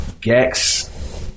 Gex